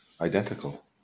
identical